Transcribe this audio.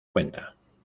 cuenta